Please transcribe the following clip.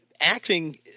acting